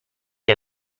que